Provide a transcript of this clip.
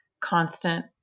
constant